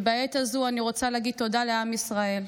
ובעת הזאת אני רוצה להגיד תודה לעם ישראל,